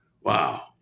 Wow